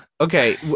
Okay